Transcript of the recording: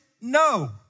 No